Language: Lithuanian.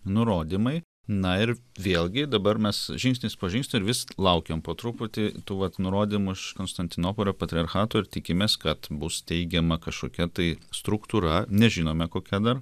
nurodymai na ir vėlgi dabar mes žingsnis po žingsnio vis laukėm po truputį tų vat nurodymų iš konstantinopolio patriarchato ir tikimės kad bus teigiama kažkokia tai struktūra nežinome kokia dar